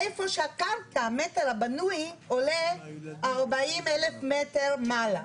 איפה שהקרקע, המטר הבנוי עולה 40,000 מטר מעלה.